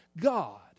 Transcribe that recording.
God